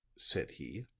said he,